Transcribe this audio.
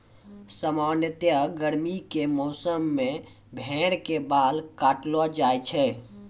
सामान्यतया गर्मी के मौसम मॅ भेड़ के बाल काटलो जाय छै